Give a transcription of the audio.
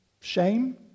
shame